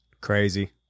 Crazy